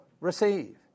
receive